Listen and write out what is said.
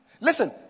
Listen